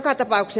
sasi